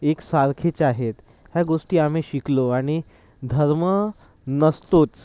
एकसारखेच आहेत ह्या गोष्टी आम्ही शिकलो आणि धर्म नसतोच